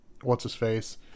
what's-his-face